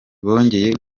bongeye